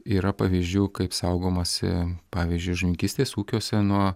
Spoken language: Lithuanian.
yra pavyzdžių kaip saugomasi pavyzdžiui žuvininkystės ūkiuose nuo